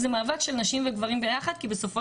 זה מאבק של גברים ונשים ביחד כי בסופו